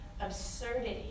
absurdity